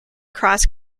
cross